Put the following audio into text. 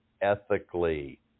ethically